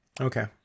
Okay